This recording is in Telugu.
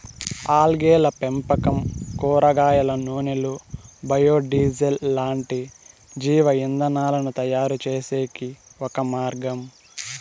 ఆల్గేల పెంపకం కూరగాయల నూనెలు, బయో డీజిల్ లాంటి జీవ ఇంధనాలను తయారుచేసేకి ఒక మార్గం